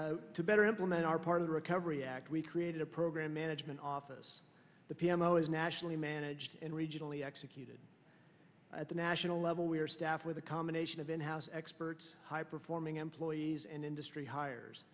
to better implement our part of the recovery act we created a program management office the p m o is nationally managed and regionally executed at the national level where staff with a combination of in house experts high performing employees and industry hires